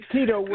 Tito